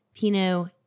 Pinot